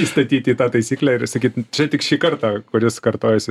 įstatyti į tą taisyklę ir sakyt čia tik šį kartą kuris kartojasi